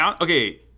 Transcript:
okay